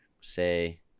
say